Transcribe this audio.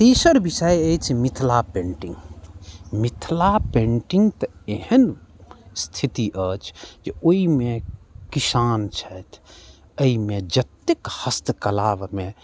तेसर विषय अछि मिथिला पैन्टिंग मिथिला पैन्टिंग तऽ एहन स्थिति अछि ओहिमे किसान छथि एहिमे जत्तेक हस्तकलामे